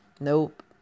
nope